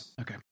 Okay